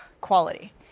Quality